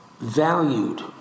valued